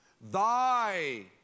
Thy